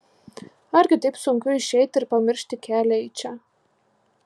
argi taip sunku išeiti ir pamiršti kelią į čia